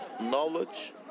knowledge